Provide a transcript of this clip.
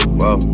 whoa